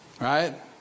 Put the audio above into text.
right